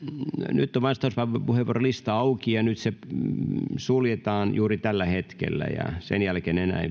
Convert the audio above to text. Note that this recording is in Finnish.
nyt on vastauspuheenvuorolista auki ja nyt se suljetaan juuri tällä hetkellä ja sen jälkeen enää ei